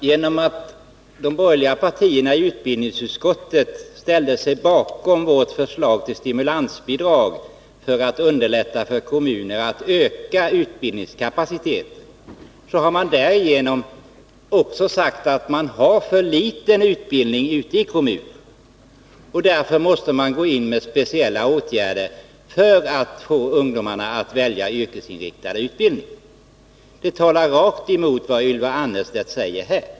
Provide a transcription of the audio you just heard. Genom att de borgerliga partiernas representanter i utbildningsutskottet ställde sig bakom vårt förslag till stimulansbidrag för att underlätta för kommunerna att öka utbildningskapaciteten har de därigenom också sagt att det är för litet utbildning ute i kommunerna och att man måste gå in med speciella åtgärder för att få ungdomarna att välja yrkesinriktade utbildningar. Detta talar rakt emot vad Ylva Annerstedt nu säger här.